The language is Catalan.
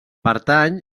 pertany